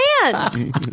hands